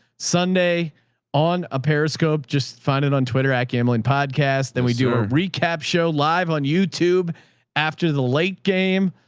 sunday on a periscope. just find it on twitter at gambling podcast. then we do a recap show. live on youtube after the late speaker